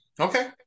Okay